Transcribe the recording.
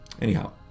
Anyhow